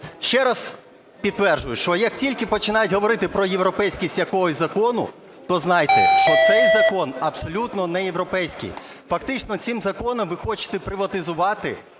ще раз підтверджую, що як тільки починають говорити про європейськість якогось закону, то знайте, що цей закон абсолютно не європейський. Фактично цим законом ви хочете приватизувати